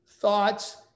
thoughts